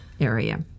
area